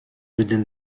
within